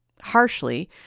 harshly